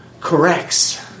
corrects